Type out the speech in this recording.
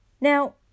Now